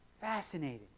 fascinating